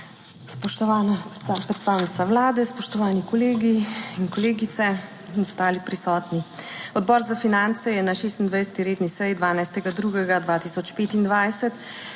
Spoštovana predstavnica Vlade, spoštovani kolegi in kolegice in ostali prisotni! Odbor za finance je na 26. redni seji, 12. 2. 2025,